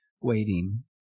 waiting